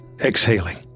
exhaling